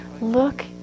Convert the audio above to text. Look